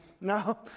No